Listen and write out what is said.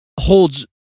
holds